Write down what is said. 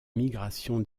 migration